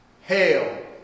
Hail